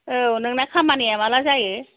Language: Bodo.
औ नोंना खामानिया माब्ला जायो